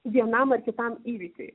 vienam ar kitam įvykiui